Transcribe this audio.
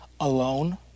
alone